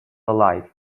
alive